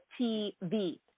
TV